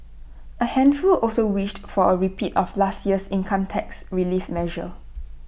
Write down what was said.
A handful also wished for A repeat of last year's income tax relief measure